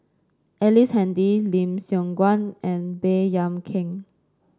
Ellice Handy Lim Siong Guan and Baey Yam Keng